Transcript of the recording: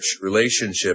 relationship